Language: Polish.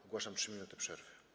Ogłaszam 3 minuty przerwy.